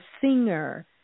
singer